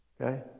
Okay